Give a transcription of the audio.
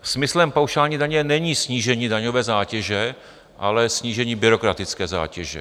Smyslem paušální daně není snížení daňové zátěže, ale snížení byrokratické zátěže.